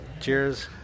cheers